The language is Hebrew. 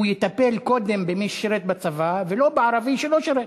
הוא יטפל קודם במי ששירת בצבא ולא בערבי שלא שירת.